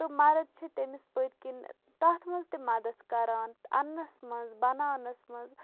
تہٕ مَرد چھِ تٔمِس پٔتۍ کِنۍ تَتھ منٛز تہِ مَدَتھ کَران اَننَس منٛز بَناونَس منٛز